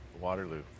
Waterloo